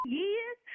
years